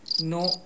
No